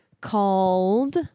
called